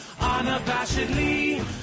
Unabashedly